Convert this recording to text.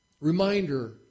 reminder